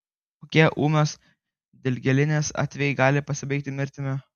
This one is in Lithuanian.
kokie ūmios dilgėlinės atvejai gali pasibaigti mirtimi